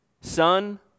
Son